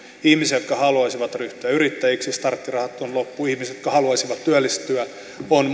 ihmisiä jotka haluaisivat ryhtyä yrittäjiksi mutta starttirahat on loppu on ihmisiä jotka haluaisivat työllistyä ja on